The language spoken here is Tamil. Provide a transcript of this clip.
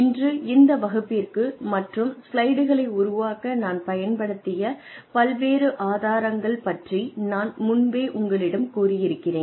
இன்று இந்த வகுப்பிற்கு மற்றும் ஸ்லைடுகளை உருவாக்க நான் பயன்படுத்திய பல்வேறு ஆதாரங்கள் பற்றி நான் முன்பே உங்களிடம் கூறியிருக்கிறேன்